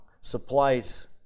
supplies